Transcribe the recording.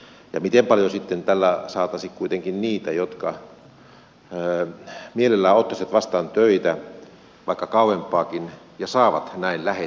ja miten paljon sitten tällä saataisiin kuitenkin niitä jotka mielellään ottaisivat vastaan töitä vaikka kauempaakin ja saisivat näin lähetteen mennä kysymään työpaikkaa